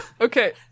Okay